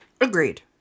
Agreed